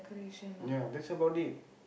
ya that's about it